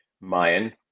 Mayan